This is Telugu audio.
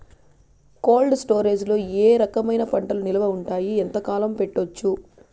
కోల్డ్ స్టోరేజ్ లో ఏ రకమైన పంటలు నిలువ ఉంటాయి, ఎంతకాలం పెట్టొచ్చు?